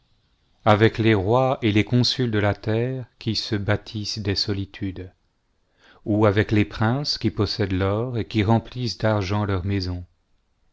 avec les rois et les consuls de la terre qui se bâtissent des solitudes ou avec les princes qui possèdent l'or et qui remplissent d'argent leurs maisons